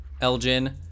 elgin